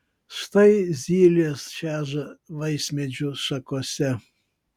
štai zylės čeža vaismedžių šakose